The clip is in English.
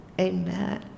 Amen